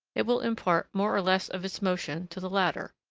it will impart more or less of its motion, to the latter.